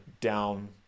down